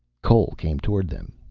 cole came toward them.